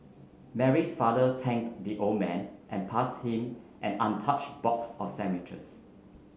Mary's father thanked the old man and passed him an untouched box of sandwiches